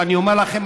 ואני אומר לכם,